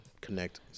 connect